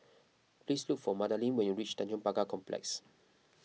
please look for Madaline when you reach Tanjong Pagar Complex